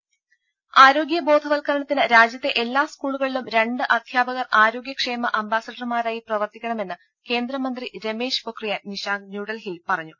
രാര ആരോഗ്യബോധവൽക്കരണത്തിന് രാജ്യത്തെ എല്ലാ സ്കൂളുക ളിലും രണ്ട് അധ്യാപകർ ആരോഗ്യക്ഷേമ അംബാസിഡർമാരായി പ്രവർത്തിക്കണമെന്ന് കേന്ദ്രമന്ത്രി രമേശ് പൊഖ്രിയാൻ നിശാങ്ക് പറഞ്ഞു